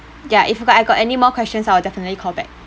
ya if I got I got any more questions I'll definitely call back